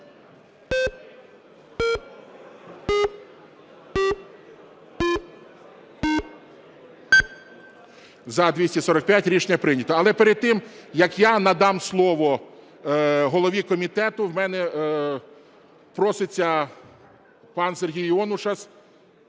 За-245 Рішення прийнято. Але перед тим як я надам слово голові комітету, в мене проситься пан Сергій Іонушас,